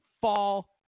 fall